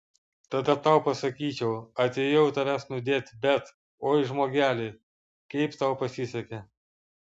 tada tau pasakyčiau atėjau tavęs nudėti bet oi žmogeli kaip tau pasisekė